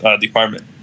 department